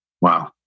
Wow